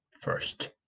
first